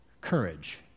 courage